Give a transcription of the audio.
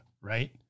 right